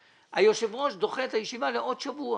היושב-ראש דוחה את הישיבה לעוד שבוע